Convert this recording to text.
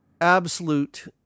absolute